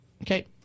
Okay